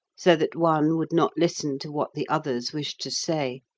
so that one would not listen to what the others wished to say,